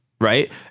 right